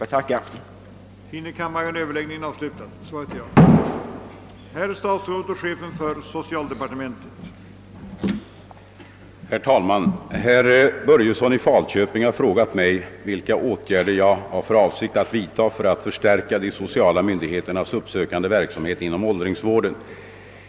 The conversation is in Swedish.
Jag tackar ännu en gång för svaret.